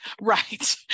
Right